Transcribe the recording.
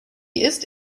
ist